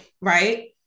right